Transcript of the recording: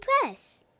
Press